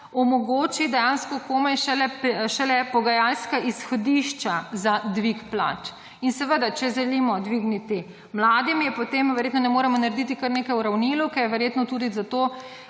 omogoči dejansko komaj šele pogajalska izhodišča za dvig plač. In seveda, če želimo dvigniti mladim, je potem verjetno ne moremo narediti kar neke uravnilovke, je verjetno tudi zato